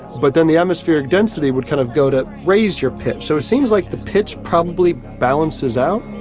but then the atmospheric density would kind of go to raise your pitch, so it seems like the pitch probably balances out